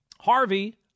Harvey